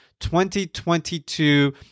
2022